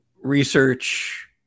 research